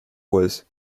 was